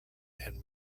and